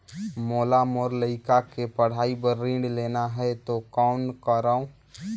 मोला मोर लइका के पढ़ाई बर ऋण लेना है तो कौन करव?